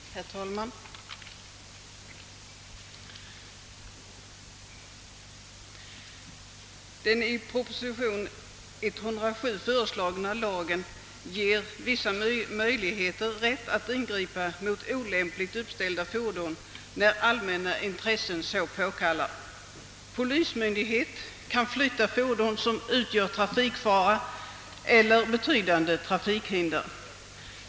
Herr talman! Den i proposition nr 107 föreslagna lagen ger vissa möjligheter att ingripa mot olämpligt uppställda fordon när allmänna intressen så påkallar.” Polismyndighet kan flytta fordon som utgör trafikfara eller betydande trafikhinder.